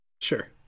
Sure